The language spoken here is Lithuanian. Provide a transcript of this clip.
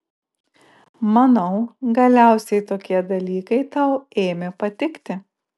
manau galiausiai tokie dalykai tau ėmė patikti